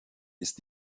ist